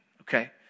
okay